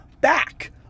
back